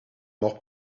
more